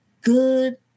good